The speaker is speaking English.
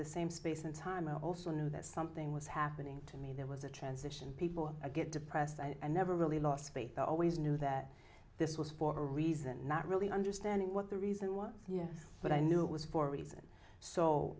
the same space and time i also knew that something was happening to me there was a transition people get depressed i never really lost faith i always knew that this was for a reason not really understanding what the reason was but i knew it was for a reason so